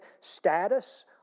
status